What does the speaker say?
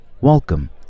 welcome